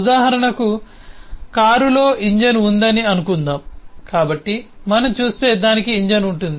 ఉదాహరణకు కారులో ఇంజిన్ ఉందని అనుకుందాం కాబట్టి మనం చూస్తే దానికి ఇంజిన్ ఉంటుంది